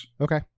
Okay